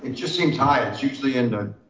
and just seemed tied. it's usually in,